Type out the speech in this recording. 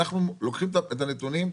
אנחנו לוקחים את הנתונים,